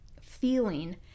feeling